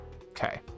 Okay